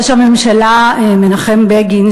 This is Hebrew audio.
ראש הממשלה מנחם בגין,